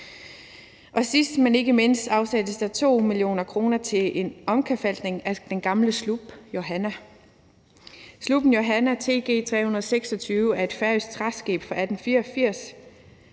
Sidst, men ikke mindst, afsættes der 2 mio. kr. til en omkalfatring af den gamle slup »Johanna«. Sluppen »Johanna TG 326« er et færøsk træskib fra 1884,